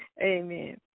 Amen